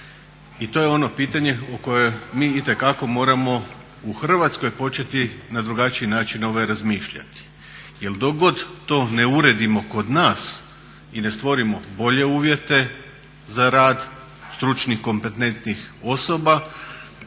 i to je ono pitanje o kojem mi itekako moramo u Hrvatskoj početi na drugačiji način razmišljati. Jel dok god to ne uredimo kod nas i ne stvorimo bolje uvjete za rad stručnih kompetentnih osoba,